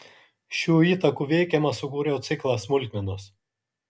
šių įtakų veikiamas sukūriau ciklą smulkmenos